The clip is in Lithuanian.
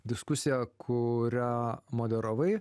diskusiją kurią moderavai